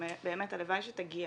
באמת הלוואי שתגיע